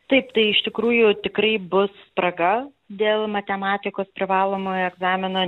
taip tai iš tikrųjų tikrai bus spraga dėl matematikos privalomojo egzamino